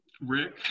Rick